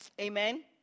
Amen